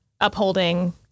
upholding